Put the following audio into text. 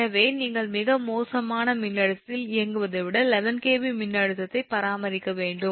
எனவே நீங்கள் மிக மோசமான மின்னழுத்தத்தில் இயங்குவதை விட 11 𝑘𝑉 மின்னழுத்தத்தை பராமரிக்க வேண்டும்